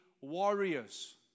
warriors